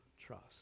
trust